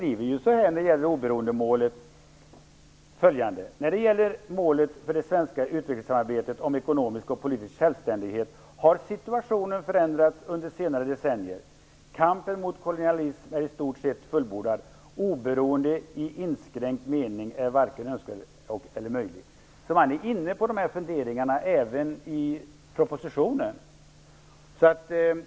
I propositionen står följande: "När det gäller målet för det svenska utvecklingssamarbetet om ekonomisk och politisk självständighet, har situationen förändrats under senare decennier. Kampen mot kolonialism är i stort sett fullbordad. - Oberoende i inskränkt mening är varken önskvärt eller möjligt." Man är alltså inne på dessa funderingar även i propositionen.